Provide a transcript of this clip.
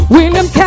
William